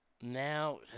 Now